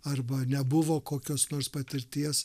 arba nebuvo kokios nors patirties